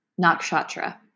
nakshatra